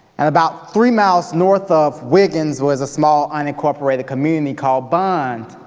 and about three miles north of wiggins was a small, unincorporated community called bond,